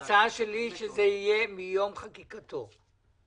ההצעה שלי היא שזה יהיה מיום חקיקת החוק.